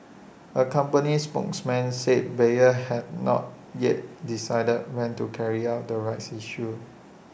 A company spokesman said Bayer had not yet decided when to carry out the rights issue